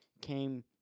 came